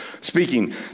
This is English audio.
Speaking